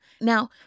Now